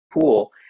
pool